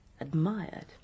admired